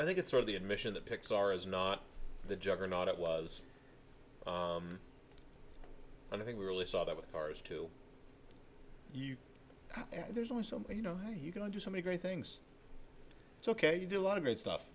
i think it's sort of the admission that pixar is not the juggernaut it was and i think we really saw that with ours to you there's always something you know you can under so many great things it's ok to do a lot of good stuff